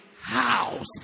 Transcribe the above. house